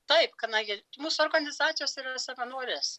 taip kadangi mūsų organizacijos yra savanorės